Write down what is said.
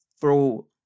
throw